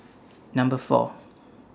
Number four